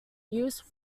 used